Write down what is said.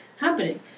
happening